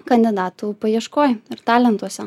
kandidatų paieškoj ir talentuose